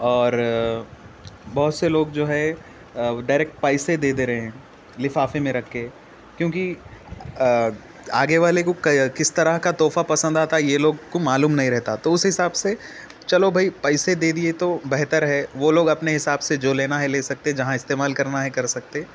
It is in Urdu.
اور بہت سے لوگ جو ہے ڈائریکٹ پیسے دے دے رہے ہیں لفافے میں رکھ کے کیونکہ آگے والے کو کس طرح کا تحفہ پسند آتا ہے یہ لوگ کو معلوم نہیں رہتا تو اسی حساب سے چلو بھائی پیسے دے دیے تو بہتر ہے وہ لوگ اپنے حساب سے جو لینا ہے لے سکتے جہاں استعمال کرنا ہے کر سکتے